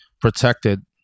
protected